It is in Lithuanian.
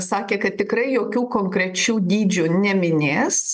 sakė kad tikrai jokių konkrečių dydžių neminės